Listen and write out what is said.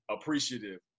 appreciative